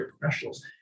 professionals